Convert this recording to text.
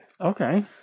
Okay